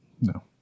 No